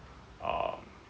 err